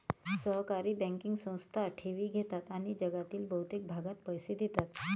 सहकारी बँकिंग संस्था ठेवी घेतात आणि जगातील बहुतेक भागात पैसे देतात